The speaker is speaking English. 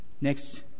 Next